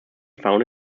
found